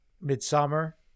midsummer